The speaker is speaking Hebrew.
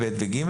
(ב) ו-(ג),